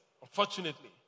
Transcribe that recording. unfortunately